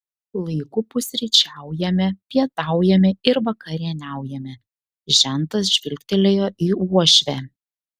laiku pusryčiaujame pietaujame ir vakarieniaujame žentas žvilgtelėjo į uošvę